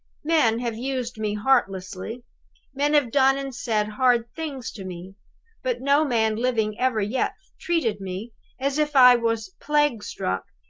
men have used me heartlessly men have done and said hard things to me but no man living ever yet treated me as if i was plague-struck,